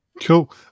Cool